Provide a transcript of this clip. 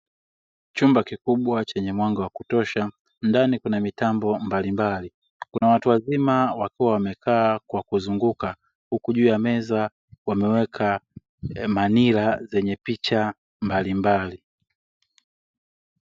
Chumba kikubwa chenye mwanga wa kutosha ndani kuna mitambo mbalimbali kuna watu wazima wakiwa wamekaa kwa kuzunguka huku juu ya meza wameweka manila zenye picha mbalimbali.